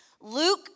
Luke